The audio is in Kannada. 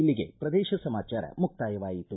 ಇಲ್ಲಿಗೆ ಪ್ರದೇಶ ಸಮಾಚಾರ ಮುಕ್ತಾಯವಾಯಿತು